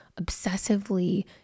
obsessively